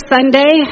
Sunday